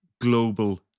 global